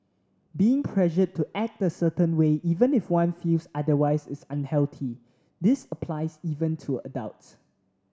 being pressured to act a certain way even if one feels otherwise is unhealthy this applies even to adults